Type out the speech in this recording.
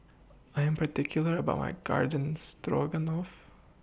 I Am particular about My Garden Stroganoff